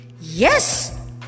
Yes